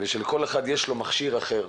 ושלכל אחד יש מכשיר אחר,